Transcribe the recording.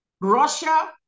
Russia